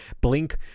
blink